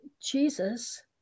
Jesus